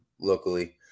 locally